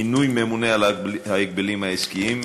מינוי ממונה על הגבלים העסקיים,